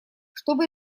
чтобы